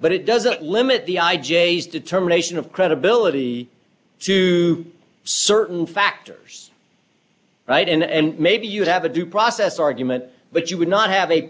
but it doesn't limit the i j a as determination of credibility to certain factors right and maybe you'd have a due process argument but you would not have a